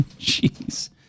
jeez